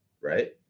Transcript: right